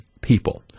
people